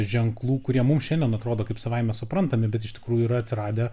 ženklų kurie mums šiandien atrodo kaip savaime suprantami bet iš tikrųjų yra atradę